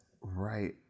right